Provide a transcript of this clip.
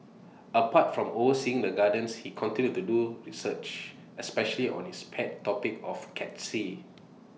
apart from overseeing the gardens he continues to do research especially on his pet topic of cacti